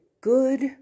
good